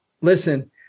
listen